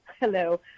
Hello